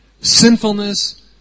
sinfulness